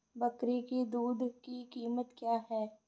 बकरी की दूध की कीमत क्या है?